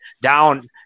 down